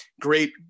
Great